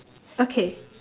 okay